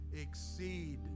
exceed